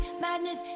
madness